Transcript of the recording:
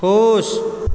खुश